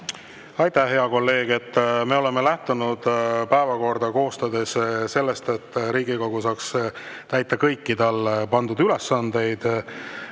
Aitäh, hea kolleeg! Me oleme lähtunud päevakorda koostades sellest, et Riigikogu saaks täita kõiki talle pandud ülesandeid.